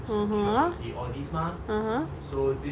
mmhmm mmhmm